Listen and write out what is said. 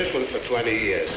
this one for twenty years